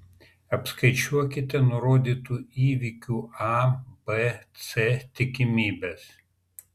apskaičiuokite nurodytų įvykių a b c tikimybes